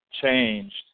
changed